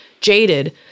jaded